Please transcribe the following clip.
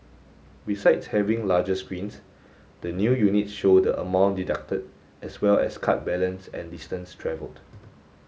besides having larger screens the new units show the amount deducted as well as card balance and distance travelled